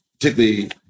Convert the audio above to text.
particularly